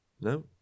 No